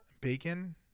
bacon